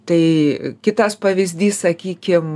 tai kitas pavyzdys sakykim